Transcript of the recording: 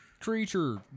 creature